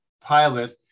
pilot